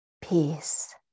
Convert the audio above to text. peace